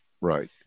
Right